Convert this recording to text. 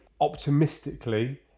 optimistically